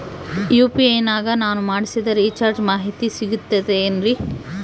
UPI ನಾಗ ನಾನು ಮಾಡಿಸಿದ ರಿಚಾರ್ಜ್ ಮಾಹಿತಿ ಸಿಗುತೈತೇನ್ರಿ?